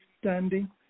standing